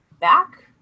back